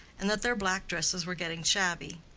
and that their black dresses were getting shabby.